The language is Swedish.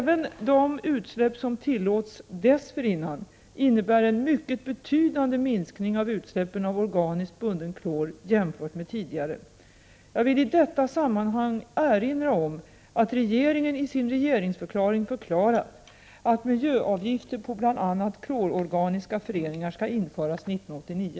Även de utsläpp som tillåts dessförinnan innebär en mycket betydande minskning av utsläppen av organiskt bunden klor jämfört med Jag vill i detta sammanhang erinra om att regeringen i sin regeringsförkla ring förklarat att miljöavgifter på bl.a. klororganiska föreningar skall införas 1989.